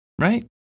right